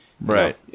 Right